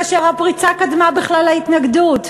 כאשר הפריצה קדמה בכלל להתנגדות?